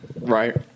right